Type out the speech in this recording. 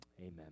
amen